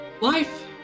Life